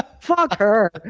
fuck her.